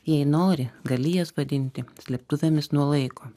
jei nori gali jas vadinti slėptuvėmis nuo laiko